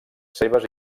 seves